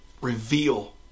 reveal